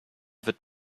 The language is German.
wird